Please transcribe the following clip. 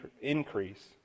increase